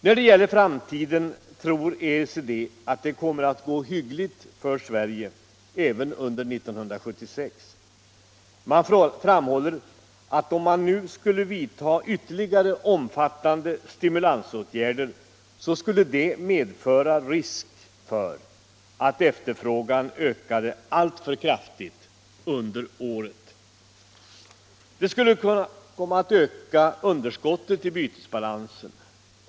När det gäller framtiden tror OECD att det kommer att gå hyggligt för Sverige även under 1976. Man framhåller att om ytterligare omfattande stimulansåtgärder nu skulle vidtas, skulle det medföra risk för att efterfrågan ökade alltför kraftigt under året. Detta skulle kunna öka underskottet i bytesbalansen.